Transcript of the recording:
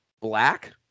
Black